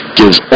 gives